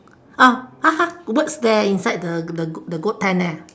uh (uh huh) words there inside the the goat the goat pen there